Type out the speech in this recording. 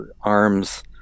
arms